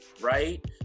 right